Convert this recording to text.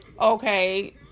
okay